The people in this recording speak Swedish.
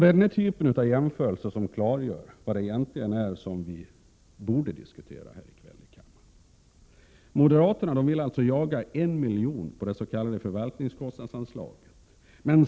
Denna typ av jämförelse klargör vad vi egentligen borde diskutera här i kammaren i kväll. Moderaterna vill alltså jaga en miljon på det s.k. förvaltningskostnadsanslaget.